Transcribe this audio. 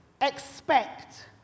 expect